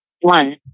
one